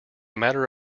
matter